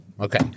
okay